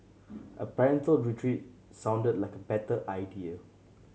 a parental retreat sounded like a better idea